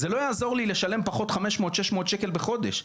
זה לא יעזור לי לשלם פחות 500, 600 שקלים בחודש.